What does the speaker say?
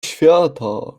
świata